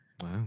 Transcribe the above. Wow